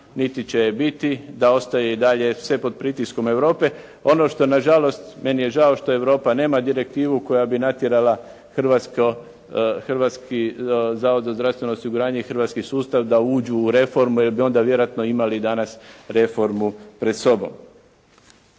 niti će je biti, da ostaje i dalje sve pod pritiskom Europe. Ono što na žalost, meni je žao što Europa nema direktivu koja bi natjerala Hrvatski zavod za zdravstveno osiguranje i hrvatski sustav da uđu u reformu, jer bi onda vjerojatno imali danas reformu pred sobom.